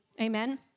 Amen